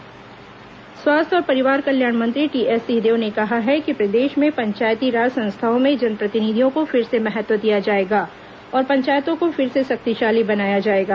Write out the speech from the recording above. विधानसभा समाचार स्वास्थ्य और परिवार कल्याण मंत्री टीएस सिंहदेव ने कहा है कि प्रदेश में पंचायती राज संस्थाओं में जनप्रतिनिधियों को फिर से महत्व दिया जाएगा और पंचायतों को फिर से शक्तिशाली बनाया जाएगा